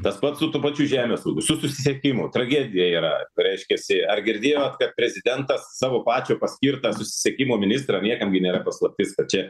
tas pat su tuo pačiu žemės ūkiu su susisiekimu tragedija yra reiškiasi ar girdėjot kad prezidentas savo pačio paskirtą susisiekimo ministrą niekam gi nėra paslaptis kad čia